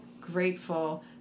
grateful